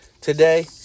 today